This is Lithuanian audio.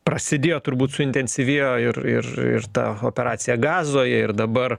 prasidėjo turbūt suintensyvėjo ir ir ir ta operacija gazoje ir dabar